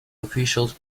officials